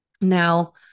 Now